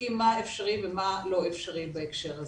בודקים מה אפשרי ומה לא אפשרי בהקשר הזה.